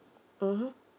mmhmm